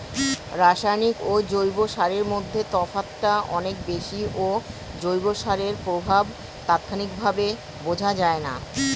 রাসায়নিক ও জৈব সারের মধ্যে তফাৎটা অনেক বেশি ও জৈব সারের প্রভাব তাৎক্ষণিকভাবে বোঝা যায়না